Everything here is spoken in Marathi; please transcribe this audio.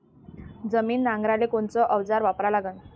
जमीन नांगराले कोनचं अवजार वापरा लागन?